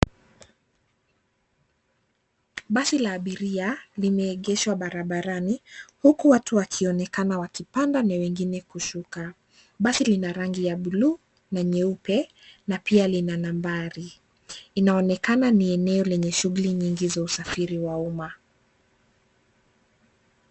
Basi la abiria limeegeshwa barabarani huku watu wakionekana wakipanda na wengine kushuka. Basi lina rangi ya bluu na nyeupe na pia lina nambari. Linaonekana ni eneo lenye shughuli nyingi za usafiri wa umma.